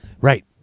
Right